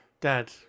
dad